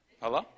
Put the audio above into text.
Hello